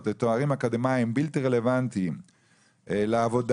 לתארים אקדמיים בלתי רלוונטיים לעבודה,